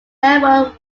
railroad